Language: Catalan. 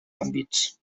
àmbits